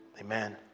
amen